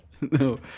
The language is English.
No